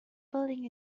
building